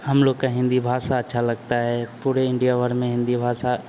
हम लोग का हिन्दी भाषा अच्छा लगता है पूरे इंडिया भर में हिन्दी भाषा